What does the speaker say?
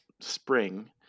spring